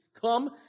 come